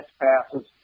passes